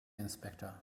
inspector